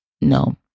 no